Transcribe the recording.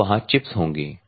तो वहाँ चिप्स होंगे